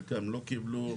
חלקם לא קיבלו,